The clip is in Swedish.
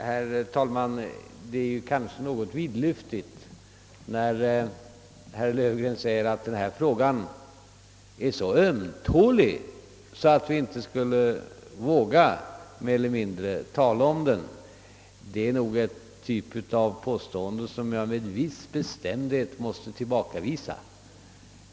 Herr talman! Herr Löfgren är nog litet vidlyftig när han säger att den här frågan är så ömtålig att vi inte riktigt vågar tala om den. Detta är nog en typ av påståenden som jag med en viss bestämdhet måste tillbakavisa.